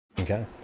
Okay